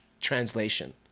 translation